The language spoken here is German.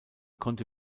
konnte